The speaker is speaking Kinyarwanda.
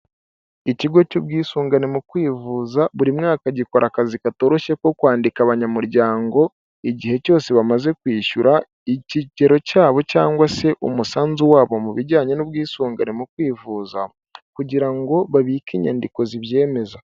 Ikigo cy'ubwisungane mu kwivuza buri mwaka gikora akazi katoroshye ko kwandika abanyamuryango igihe cyose bamaze kwishyura ikigero cyabo cyangwa se umusanzu wabo mu bijyanye n'ubwisungane mu kwivuza, kugira ngo babike inyandiko z'ibyemezo.